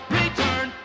return